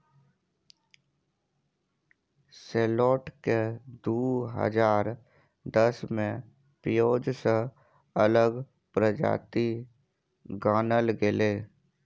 सैलोट केँ दु हजार दस मे पिओज सँ अलग प्रजाति गानल गेलै